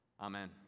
amen